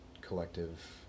collective